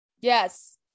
yes